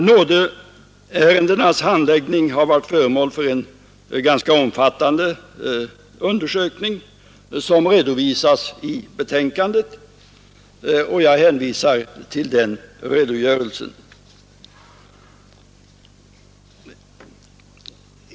Nådeärendenas handläggning har varit föremål för en ganska omfattande undersökning som redovisas i betänkandet, och jag hänvisar till den redogörelsen.